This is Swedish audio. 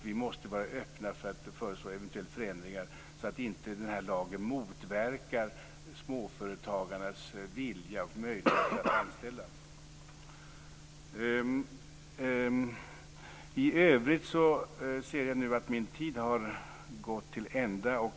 Vi måste vara öppna för att föreslå eventuella förändringar, så att lagen inte motverkar småföretagarnas vilja och möjligheter att anställa. Jag ser nu att min taletid har gått till ända.